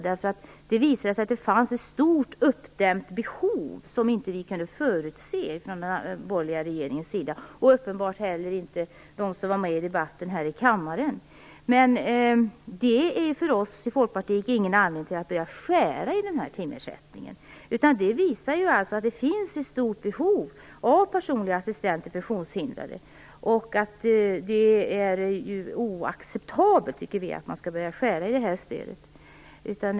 Det visade sig att det fanns ett stort uppdämt behov som den borgerliga regeringen inte kunde förutse. Den kunde uppenbarligen inte de som var med i debatten här i kammaren heller. Men det är för oss i Folkpartiet ingen anledning till att börja skära i den här timersättningen. Det visar att det finns ett stort behov av personliga assistenter för funktionshindrade. Vi tycker att det är oacceptabelt att man skall börja skära i det här stödet.